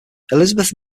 elizabeth